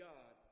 God